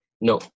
No